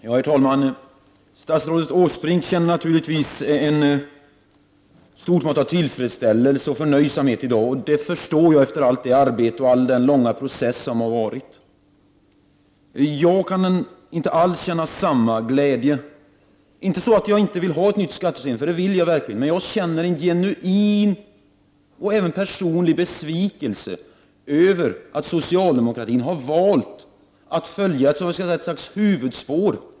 Herr talman! Statsrådet Åsbrink känner naturligtvis ett stort mått av tillfredsställelse och förnöjsamhet i dag, och det förstår jag, efter allt arbete och den långa processen. Jag kan inte alls känna samma glädje. Det är inte så att jag inte vill ha ett nytt skattesystem — det vill jag verkligen — men jag känner en genuin och även personlig besvikelse över att socialdemokratin har valt att följa ett visst huvudspår.